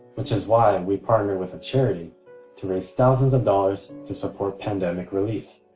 which is why and we partnered with a charity to raise thousands of dollars to support pandemic relief.